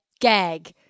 gag